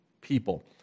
people